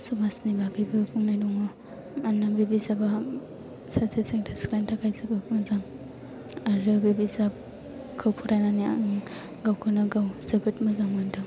समाजनि बागैबो बुंनाय दङ मानोना बे बिजाबा सासे सेंग्रा सिख्लानि थाखाय जोबोद मोजां आरो बे बिजाबखौ फरायनानै आं गावखौनोगाव जोबोद मोजां मोनदों